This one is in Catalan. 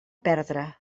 perdre